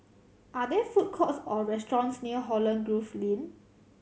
are there food courts or restaurants near Holland Grove Lane